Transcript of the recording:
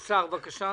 השר, בבקשה.